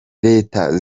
leta